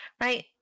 right